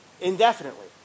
indefinitely